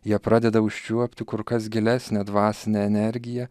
jie pradeda užčiuopti kur kas gilesnę dvasinę energiją